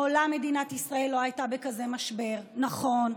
מעולם מדינת ישראל לא הייתה בכזה משבר, נכון,